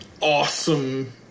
awesome